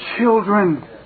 children